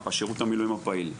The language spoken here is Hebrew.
שירות מילואים פעיל.